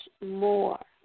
more